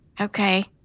Okay